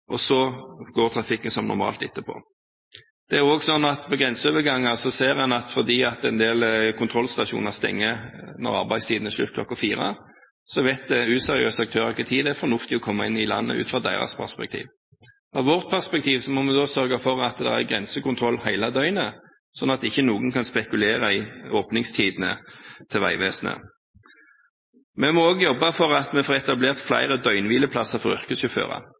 og så går trafikken som normalt etterpå. Fordi en del kontrollstasjoner ved grenseovergangene stenger når arbeidstiden er slutt kl. 16, vet useriøse aktører når det er fornuftig å komme inn i landet ut fra deres perspektiv. Fra vårt perspektiv må vi sørge for at det er grensekontroll hele døgnet, sånn at ikke noen kan spekulere i åpningstidene til Vegvesenet. Vi må også jobbe for å få etablert flere døgnhvileplasser for yrkessjåfører.